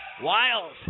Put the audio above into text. Wiles